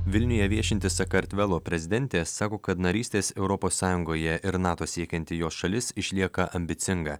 vilniuje viešinti sakartvelo prezidentė sako kad narystės europos sąjungoje ir nato siekianti jos šalis išlieka ambicinga